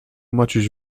maciuś